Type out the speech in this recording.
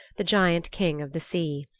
the giant king of the sea.